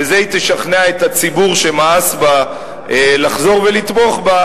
בזה היא תשכנע את הציבור שמאס בה לחזור ולתמוך בה,